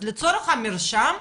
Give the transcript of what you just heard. אז לצורך המרשם,